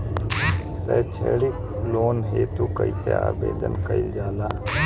सैक्षणिक लोन हेतु कइसे आवेदन कइल जाला?